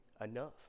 enough